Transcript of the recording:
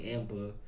Amber